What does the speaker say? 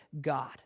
God